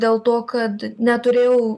dėl to kad neturėjau